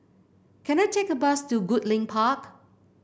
can I take a bus to Goodlink Park